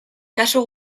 kasu